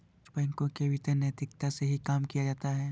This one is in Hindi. कुछ बैंकों के भीतर नैतिकता से ही काम किया जाता है